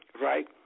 right